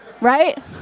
right